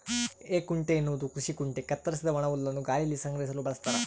ಹೇಕುಂಟೆ ಎನ್ನುವುದು ಕೃಷಿ ಕುಂಟೆ ಕತ್ತರಿಸಿದ ಒಣಹುಲ್ಲನ್ನು ಗಾಳಿಯಲ್ಲಿ ಸಂಗ್ರಹಿಸಲು ಬಳಸ್ತಾರ